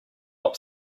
want